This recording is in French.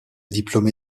diplômé